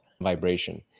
vibration